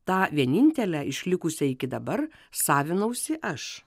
tą vienintelę išlikusią iki dabar savinausi aš